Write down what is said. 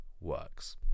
works